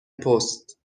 پست